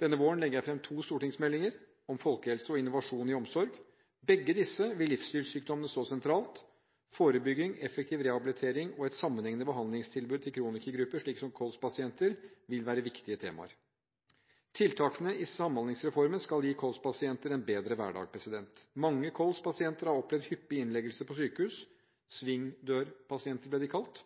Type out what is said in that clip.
Denne våren legger jeg fram to stortingsmeldinger – om folkehelse og om innovasjon i omsorg. I begge disse vil livsstilssykdommene stå sentralt. Forebygging, effektiv rehabilitering og et sammenhengende behandlingstilbud til kronikergrupper, slik som kolspasienter, vil være viktige temaer. Tiltakene i Samhandlingsreformen skal gi kolspasienter en bedre hverdag. Mange kolspasienter har opplevd hyppige innleggelser på sykehus – svingdørspasienter ble de kalt